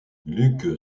luke